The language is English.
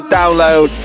download